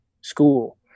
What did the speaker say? school